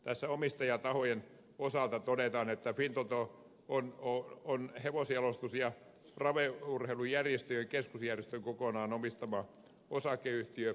tässä omistajatahojen osalta todetaan että fintoto on hevosjalostus ja raviurheilujärjestöjen keskusjärjestön kokonaan omistama osakeyhtiö